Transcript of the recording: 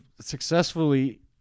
successfully